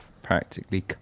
Practically